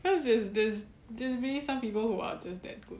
because there's there's there's maybe some people who are just that good